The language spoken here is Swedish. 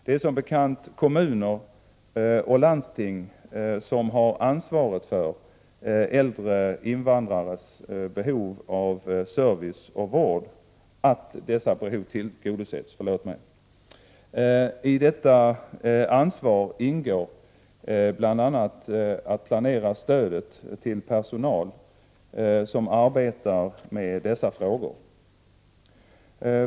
Det är som bekant kommuner och landsting som har ansvaret för att äldre invandrares behov av service och vård tillgodoses. I detta ansvar ingår bl.a. att planera stödet till personal som arbetar med dessa frågor.